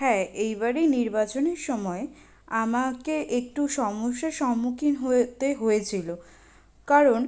হ্যাঁ এইবারে নির্বাচনের সময় আমাকে একটু সমস্যার সম্মুখীন হতে হয়েছিলো কারণ